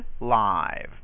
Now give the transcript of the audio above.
live